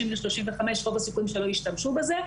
30 עד 35 רוב הסיכויים שהן לא תשתמשנה בזה,